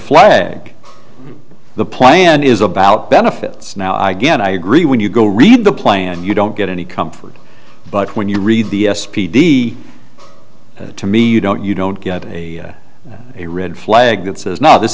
flag the plan is about benefits now i get i agree when you go read the plan you don't get any comfort but when you read the s p d to me you don't you don't get a a red flag that says now this